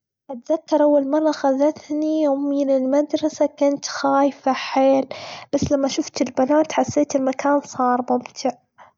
أتذكر أول مرة خذتني أمي للمدرسة كنت خايفة حين بس لما شفت البنات حسيت المكان صار ممتع.